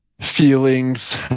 feelings